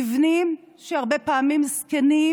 מבנים שהרבה פעמים זקנים